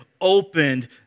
opened